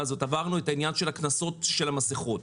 הזאת את העניין של קנסות לגבי המסכות.